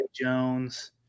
jones